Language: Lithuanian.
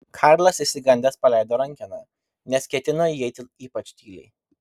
karlas išsigandęs paleido rankeną nes ketino įeiti ypač tyliai